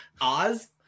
Oz